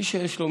מי שיש לו,